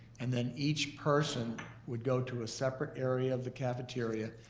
and then each person would go to a separate area of the cafeteria